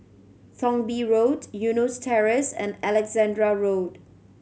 Thong Bee Road Eunos Terrace and Alexandra Road